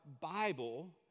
Bible